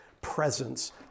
presence